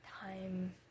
time